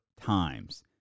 times